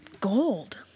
gold